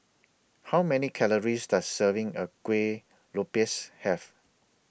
How Many Calories Does A Serving of Kuih Lopes Have